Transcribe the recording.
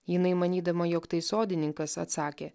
jinai manydama jog tai sodininkas atsakė